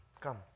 Come